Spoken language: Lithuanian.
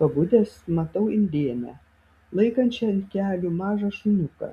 pabudęs matau indėnę laikančią ant kelių mažą šuniuką